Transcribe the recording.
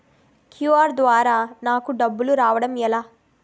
QR ద్వారా నాకు డబ్బులు రావడం ఎలా?